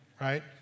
right